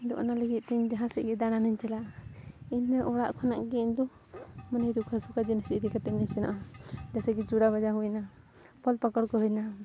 ᱤᱧᱫᱚ ᱚᱱᱟ ᱞᱟᱹᱜᱤᱫᱼᱛᱮ ᱡᱟᱦᱟᱸ ᱥᱮᱫᱜᱮ ᱫᱟᱬᱟᱱᱤᱧ ᱪᱟᱞᱟᱜᱼᱟ ᱤᱧᱫᱚ ᱚᱲᱟᱜ ᱠᱷᱚᱱᱟᱜ ᱜᱮ ᱤᱧᱫᱚ ᱢᱟᱱᱮ ᱨᱩᱠᱷᱟᱹ ᱥᱩᱠᱷᱟ ᱡᱤᱱᱤᱥ ᱤᱫᱤ ᱠᱟᱛᱮᱜ ᱞᱮ ᱥᱮᱱᱚᱜᱼᱟ ᱡᱮᱭᱥᱮ ᱠᱤ ᱪᱤᱲᱟ ᱵᱷᱟᱡᱟ ᱦᱩᱭᱱᱟ ᱯᱷᱚᱞ ᱯᱟᱠᱚᱲ ᱠᱚ ᱦᱩᱭᱱᱟ